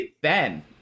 Ben